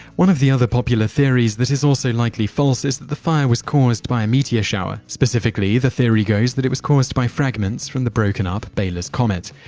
one of the other popular theories that is also likely false is that the fire was caused by a meteor shower specifically, the theory goes that it was caused by fragments from the broken up beila's comet.